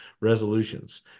resolutions